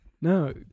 No